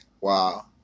Wow